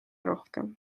rohkem